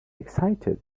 excited